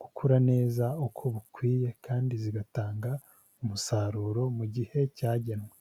gukura neza uko bukwiye kandi zigatanga umusaruro mu gihe cyagenwe.